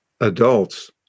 adults